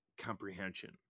comprehension